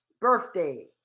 birthday